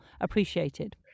appreciated